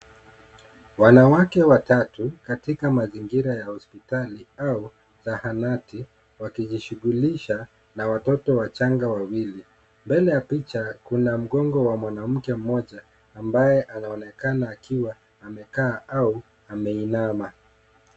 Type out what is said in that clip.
Wanawake watatu katika mazingira ya hospitali au zahanati, wakijishughulisha na watoto wachanga wawili. Mbele ya picha kuna mgongo wa mwanamke mmoja ambaye anaonekana akiwa amekaa au ameinama.